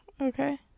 okay